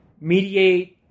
mediate